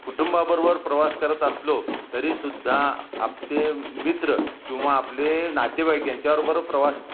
कुटुंबाबरोबर प्रवास करत असलो तरीसुद्धा आपले मित्र किंवा आपले नातेवाईक यांच्याबरोबर प्रवास